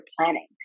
planning